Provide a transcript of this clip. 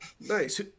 Nice